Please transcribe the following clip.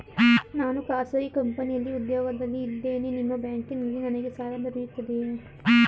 ನಾನು ಖಾಸಗಿ ಕಂಪನಿಯಲ್ಲಿ ಉದ್ಯೋಗದಲ್ಲಿ ಇದ್ದೇನೆ ನಿಮ್ಮ ಬ್ಯಾಂಕಿನಲ್ಲಿ ನನಗೆ ಸಾಲ ದೊರೆಯುತ್ತದೆಯೇ?